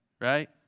right